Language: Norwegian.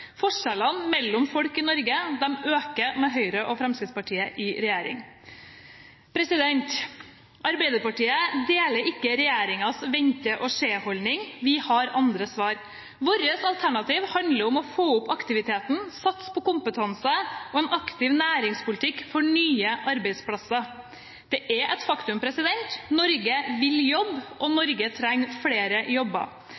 Forskjellene mellom folk i Norge øker med Høyre og Fremskrittspartiet i regjering. Arbeiderpartiet deler ikke regjeringens vente-og-se-holdning – vi har andre svar. Vårt alternativ handler om å få opp aktiviteten, satse på kompetanse og føre en aktiv næringspolitikk for nye arbeidsplasser. Det er et faktum: Norge vil jobbe. Og